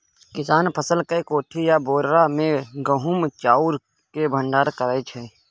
किसान फसल केँ कोठी या बोरा मे गहुम चाउर केँ भंडारण करै छै